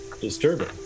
disturbing